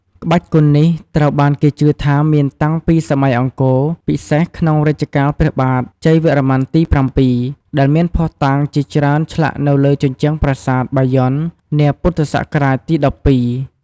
ក្បាច់គុននេះត្រូវបានគេជឿថាមានតាំងពីសម័យអង្គរ ពិសេសក្នុងរជ្ជកាលព្រះបាទជ័យវរ្ម័នទី៧ ដែលមានភស្តុតាងជាច្រើនឆ្លាក់នៅលើជញ្ជាំងប្រាសាទបាយ័ននាពុទ្ធសករាជទី១២។